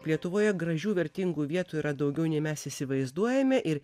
lietuvoje gražių vertingų vietų yra daugiau nei mes įsivaizduojame ir